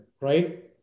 right